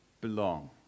belong